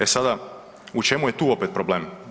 E sada, u čemu je tu opet problem?